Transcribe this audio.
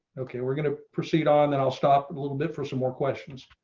okay, we're going to proceed on and i'll stop a little bit for some more questions.